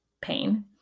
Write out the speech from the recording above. pain